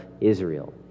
Israel